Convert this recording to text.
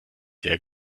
sehr